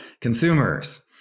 consumers